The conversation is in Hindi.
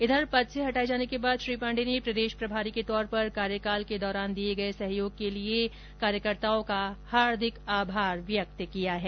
इधर पद से हटाए जाने के बाद श्री पांडे ने प्रदेश प्रभारी के तौर पर कार्यकाल के दौरान दिए गए सहयोग के लिए हार्दिक आभार व्यक्त किया है